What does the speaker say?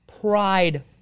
Pride